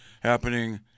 happening